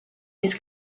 his